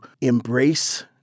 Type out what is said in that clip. embrace